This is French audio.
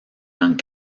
young